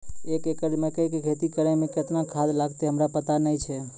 एक एकरऽ मकई के खेती करै मे केतना खाद लागतै हमरा पता नैय छै?